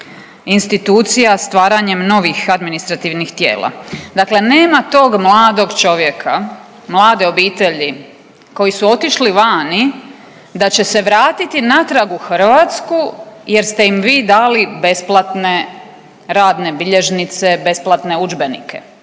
institucija, stvaranjem novih administrativnih tijela. Dakle, nema tog mladog čovjeka, mlade obitelji koji su otišli vani da će se vratiti natrag u Hrvatsku jer ste im vi dali besplatne radne bilježnice, besplatne udžbenike,